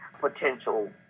potential